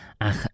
Ach